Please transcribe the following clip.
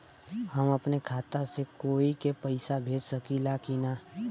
हम अपने खाता से कोई के पैसा भेज सकी ला की ना?